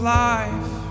life